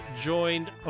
joined